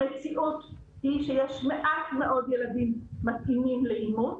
המציאות היא שיש מעט מאוד ילדים מתאימים לאימוץ,